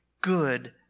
good